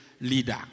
leader